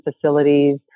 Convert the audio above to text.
facilities